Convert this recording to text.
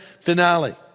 finale